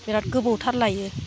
बिरात गोबावथार लायो